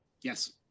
Yes